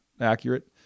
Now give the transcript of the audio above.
accurate